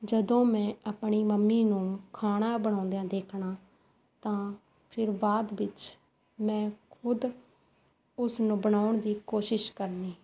ਜਦੋਂ ਮੈਂ ਆਪਣੀ ਮੰਮੀ ਨੂੰ ਖਾਣਾ ਬਣਾਉਦਿਆਂ ਦੇਖਣਾ ਤਾਂ ਫਿਰ ਬਾਅਦ ਵਿੱਚ ਮੈਂ ਖੁਦ ਉਸਨੂੰ ਬਣਾਉਣ ਦੀ ਕੋਸ਼ਿਸ਼ ਕਰਨੀ